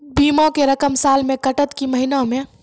बीमा के रकम साल मे कटत कि महीना मे?